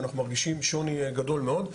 ואנחנו מרגישים שוני גדול מאוד.